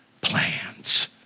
plans